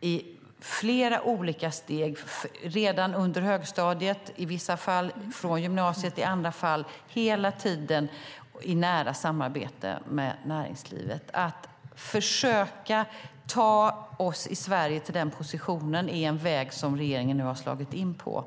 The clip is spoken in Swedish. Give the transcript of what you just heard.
i flera olika steg, redan under högstadiet i vissa fall, från gymnasiet i andra fall, hela tiden i nära samarbete med näringslivet. Att försöka ta oss i Sverige till den positionen är en väg som regeringen nu har slagit in på.